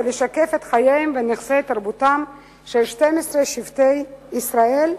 ולשקף את חייהם ונכסי תרבותם של 12 שבטי ישראל,